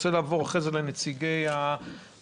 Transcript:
זה אני רוצה לעבור לנציגי הארגונים,